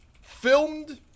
filmed